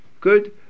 Good